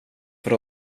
för